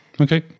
Okay